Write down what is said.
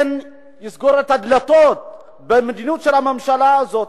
יסגור את הדלתות בפני המדיניות של הממשלה הזאת.